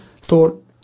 thought